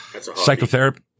Psychotherapy